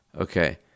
okay